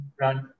run